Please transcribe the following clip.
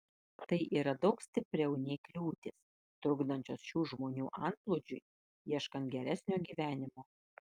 tai yra daug stipriau nei kliūtys trukdančios šių žmonių antplūdžiui ieškant geresnio gyvenimo